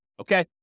Okay